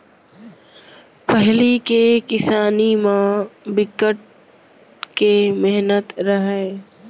पहिली के किसानी म बिकट के मेहनत रहय